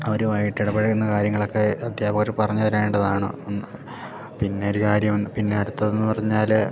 അവരുമായിട്ടിടപഴകുന്ന കാര്യങ്ങളൊക്കെ അദ്ധ്യാപകര് പറഞ്ഞു തരേണ്ടതാണ് പിന്നൊരു കാര്യം പിന്നെ അടുത്തതെന്നു പറഞ്ഞാൽ